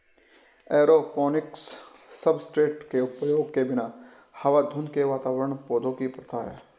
aeroponics substrate के उपयोग के बिना हवा धुंध के वातावरण पौधों की प्रथा है